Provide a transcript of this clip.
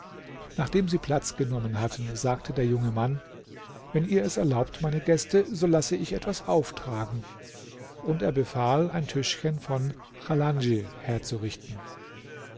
nachdem sie platz genommen hatten sagte der junge mann wenn ihr es erlaubt meine gäste so lasse ich etwas auftragen und er befahl ein tischchen von chalandj herzurichten